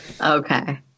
Okay